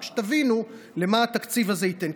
רק שתבינו מה התקציב הזה ייתן,